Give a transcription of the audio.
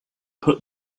put